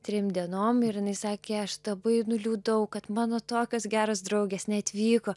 trim dienom ir jinai sakė aš labai nuliūdau kad mano tokios geros draugės neatvyko